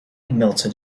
melted